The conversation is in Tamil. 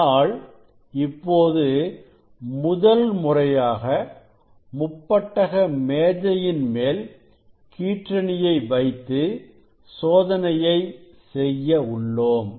ஆனால் இப்போது முதல்முறையாக முப்பட்டக மேஜையின் மேல் கீற்றணியை வைத்து சோதனை செய்ய உள்ளோம்